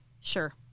Sure